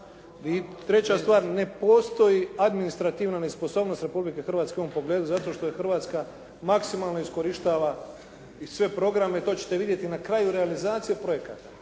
I treća stvar. Ne postoji administrativna nesposobnost Republike Hrvatske u ovom pogledu zato što Hrvatska maksimalno iskorištava i sve programe. To ćete vidjeti na kraju realizacije projekata.